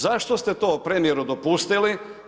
Zašto ste to premijeru dopustili?